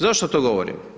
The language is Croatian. Zašto to govorim?